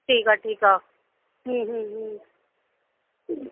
ठीकु आहे ठीकु आहे हूं हूं हूं हू